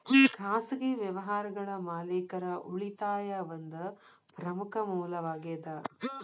ಖಾಸಗಿ ವ್ಯವಹಾರಗಳ ಮಾಲೇಕರ ಉಳಿತಾಯಾ ಒಂದ ಪ್ರಮುಖ ಮೂಲವಾಗೇದ